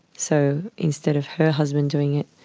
so instead of her husband doing it,